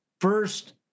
first